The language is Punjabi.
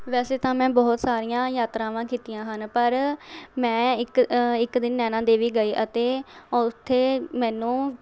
ਵੈਸੇ ਤਾਂ ਮੈਂ ਬਹੁਤ ਸਾਰੀਆਂ ਯਾਤਰਾਵਾਂ ਕੀਤੀਆਂ ਹਨ ਪਰ ਮੈਂ ਇੱਕ ਇੱਕ ਦਿਨ ਨੈਨਾ ਦੇਵੀ ਗਈ ਅਤੇ ਉੱਥੇ ਮੈਨੂੰ